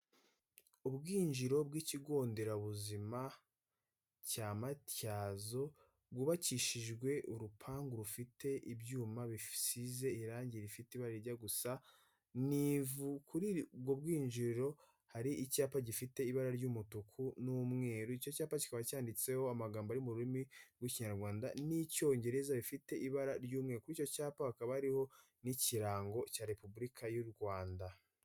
Ubwinjiriro bw'ikigo nderabuzima cya Matyazo, bwubakishijwe urupangu rufite ibyuma bisize irangi rifite ibara rijya gusa n'ivu, kuri ubwo bwinjiriro hari icyapa gifite ibara ry'umutuku n'umweru, icyo cyapa kikaba cyanditseho amagambo ari mu rurimi rw'ikinyarwanda, n'icyongereza bifite ibara ry'umweru, kuri icyo cyapa hakaba hariho n'ikirango cya repubulika y' u Rwanda.